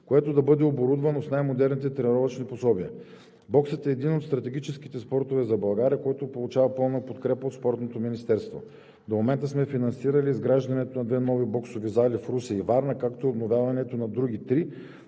което да бъде оборудвано с най-модерните тренировъчни пособия. Боксът е един от стратегическите спортове за България, който получава пълна подкрепа от Спортното министерство. До момента сме финансирали изграждането на две нови боксови зали в Русе и Варна, както и обновяването на други три,